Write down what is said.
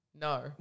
No